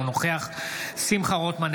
אינו נוכח שמחה רוטמן,